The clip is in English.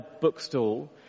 bookstall